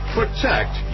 protect